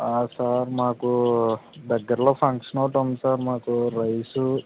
sir మాకు దగ్గరలో function ఒకటి ఉంది సార్ మాకు రైసు